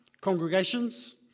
congregations